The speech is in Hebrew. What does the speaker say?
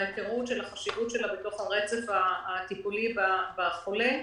וההיכרות של החשיבות שלה ברצף הטיפולי בחולה,